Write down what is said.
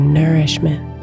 nourishment